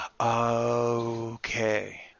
okay